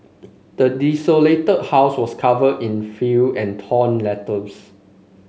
the desolated house was covered in filth and torn letters